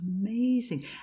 Amazing